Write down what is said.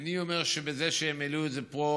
אני אומר שבזה שהם העלו את זה פה,